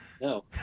No